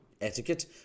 etiquette